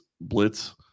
blitz